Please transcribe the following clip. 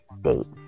dates